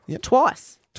twice